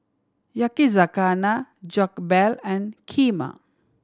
Yakizakana Jokbal and Kheema